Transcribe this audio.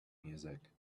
music